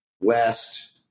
west